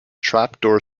trapdoor